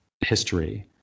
history